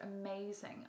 amazing